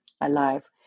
alive